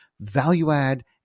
value-add